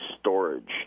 storage